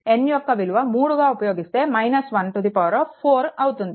N యొక్క విలువ 3గా ఉపయోగిస్తే 1 4 అవుతుంది